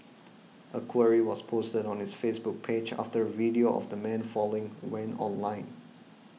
a query was posted on its Facebook page after the video of the man falling went online